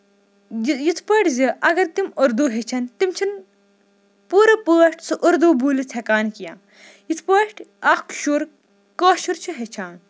یِتھ پٲٹھۍ زِ اگر تِم اردوٗ یٮ۪چھن تِم چھِ نہٕ پوٗرٕ پٲٹھۍ سُہ اُردوٗ بوٗلِتھ ہٮ۪کان کیٚنہہ یِتھ پٲٹھۍ اکھ شُر کٲشُر چھُ ہٮ۪چھان